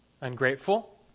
ungrateful